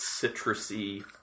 citrusy